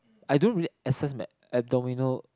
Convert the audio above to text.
I don't really access met abdominal